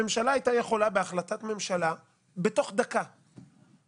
לכן הממשלה הייתה יכולה בתוך דקה לקבל